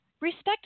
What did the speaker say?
Respect